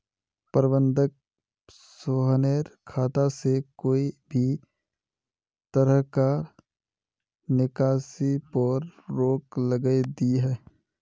प्रबंधक सोहानेर खाता से कोए भी तरह्कार निकासीर पोर रोक लगायें दियाहा